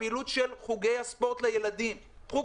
לגבי פעילות חוגי הספורט לילדים - אנחנו